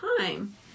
time